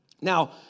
Now